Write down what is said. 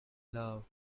love